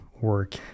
work